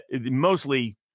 mostly